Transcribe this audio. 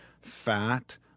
fat